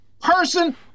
person